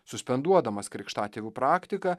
suspenduodamas krikštatėvių praktiką